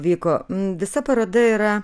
vyko visa paroda yra